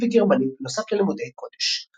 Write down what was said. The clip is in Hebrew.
צרפתית וגרמנית בנוסף ללימודי קודש.